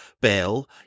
bill